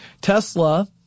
Tesla